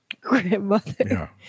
grandmother